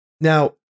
now